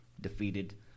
defeated